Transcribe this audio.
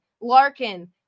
Larkin